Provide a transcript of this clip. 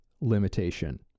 limitation